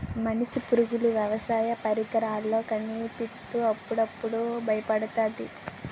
మనిషి పరుగులు వ్యవసాయ పరికరాల్లో కనిపిత్తు అప్పుడప్పుడు బయపెడతాది